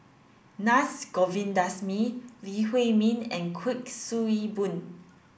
Govindasamy Lee Huei Min and Kuik Swee Boon